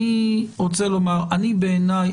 בעיניי,